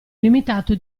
limitato